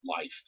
life